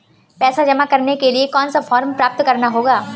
पैसा जमा करने के लिए कौन सा फॉर्म प्राप्त करना होगा?